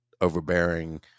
overbearing